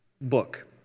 book